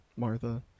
Martha